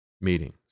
meetings